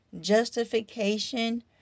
justification